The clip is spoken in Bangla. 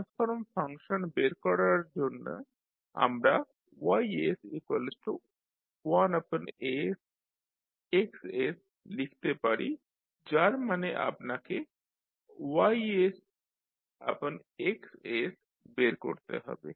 ট্রান্সফর্ম ফাংশন বের করার জন্যে আমরা Ys1sXs লিখতে পারি যার মানে আপনাকে YX বের করতে হবে